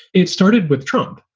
it started with trump,